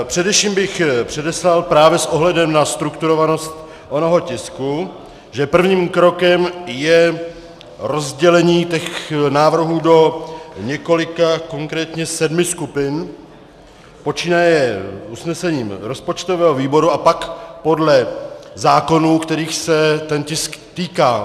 Především bych předeslal právě s ohledem na strukturovanost onoho tisku, že prvním krokem je rozdělení těch návrhů do několika, konkrétně sedmi, skupin, počínaje usnesením rozpočtového výboru, a pak podle zákonů, kterých se tisk týká.